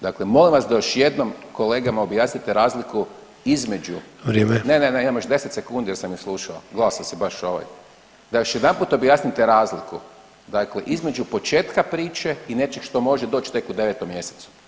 Dakle, molim vas da još jednom kolegama objasnite razliku između [[Upadica: Vrijeme.]] ne, ne, ne imam još 10 sekundi jer sam ih slušao, gledao sam si baš ovaj, da još jedanput objasnite razliku dakle između početka priče i nečeg što može doći tek u 9. mjesecu.